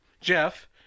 Jeff